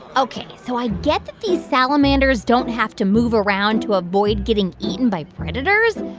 ok, so i get that these salamanders don't have to move around to avoid getting eaten by predators.